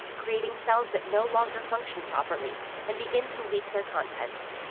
creating cells that no longer function properly and begin to leak their contents.